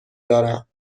دارم